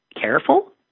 careful